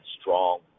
strong